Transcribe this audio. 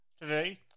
today